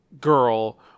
girl